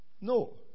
No